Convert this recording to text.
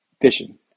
Fishing